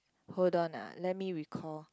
hold on ah let me recall